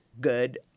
good